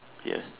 ya